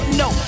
no